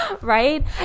right